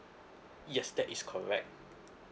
yes that is correct